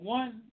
one